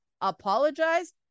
apologize